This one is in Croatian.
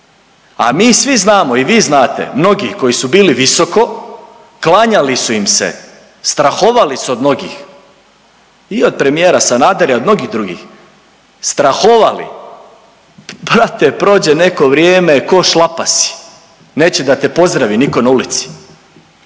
a mi svi znamo i vi znate, mnogi koji su bili visoko, klanjali su im se, strahovali su od mnogih i od premijera Sanadera i od mnogih drugih strahovali, brate prođe neko vrijeme ko šlapa si, neće da te pozdravi niko na ulici